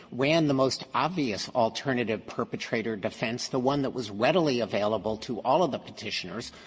ran the most obvious alternative perpetrator defense, the one that was readily available to all of the petitioners.